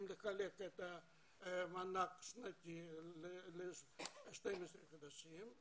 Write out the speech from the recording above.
אם לחלק את המענק השנתי, ו-2,200 שקל.